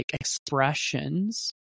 expressions